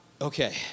Okay